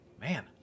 man